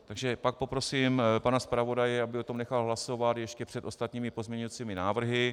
Takže pak poprosím pana zpravodaje, aby o tom nechal hlasovat ještě před ostatními pozměňujícími návrhy.